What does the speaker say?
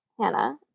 Hannah